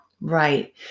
right